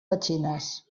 petxines